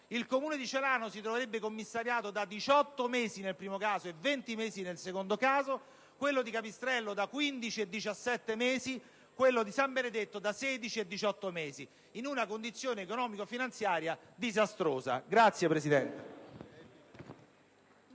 il Comune di Celano si troverebbe commissariato da 18 mesi, nel primo caso, o 20 mesi nel secondo, quello di Capistrello da 15 o 17 mesi, quello di San Benedetto dei Marsi da 16 o18 mesi, in una condizione economica e finanziaria disastrosa. *(Applausi